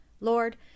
Lord